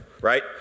right